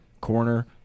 corner